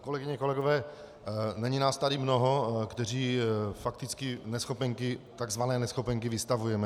Kolegyně, kolegové, není nás tady mnoho, kteří fakticky takzvané neschopenky vystavujeme.